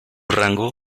rango